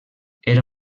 era